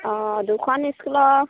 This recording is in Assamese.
অঁ দুখন স্কুলৰ